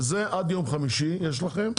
וזה עד יום חמישי יש לכם.